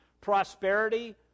Prosperity